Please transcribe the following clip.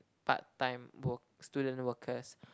part time work student workers